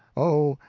oh,